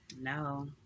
No